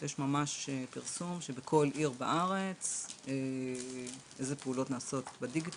יש ממש פרסום שבכל עיר בארץ איזה פעולות נעשות בדיגיטל,